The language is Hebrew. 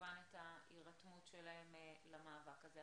וכמובן את ההירתמות שלהם למאבק הזה.